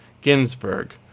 Ginsburg